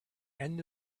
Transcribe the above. end